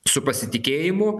su pasitikėjimu